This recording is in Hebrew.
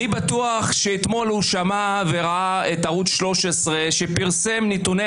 אני בטוח שאתמול הוא שמע וראה את ערוץ 13 שפרסם את נתוני